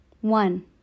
One